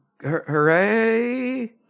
Hooray